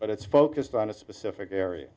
but it's focused on a specific area